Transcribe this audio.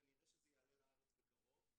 וכנראה שזה יעלה לארץ בקרוב.